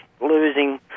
losing